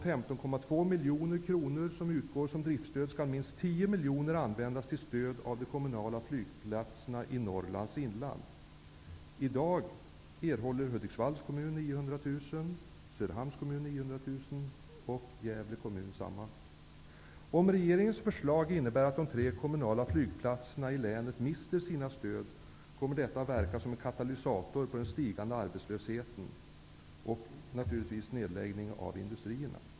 15,2 miljoner kronor som utgår som driftstöd skall minst 10 miljoner kronor användas till stöd av de kommunala flygplatserna i Norrlands inland. Om regeringens förslag innebär att de tre kommunala flygplatserna i Gävleborgs län mister sina stöd, kommer detta att verka som en katalysator för den stigande arbetslösheten och naturligtvis för nedläggning av industrierna.